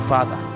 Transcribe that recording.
Father